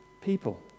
people